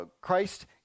Christ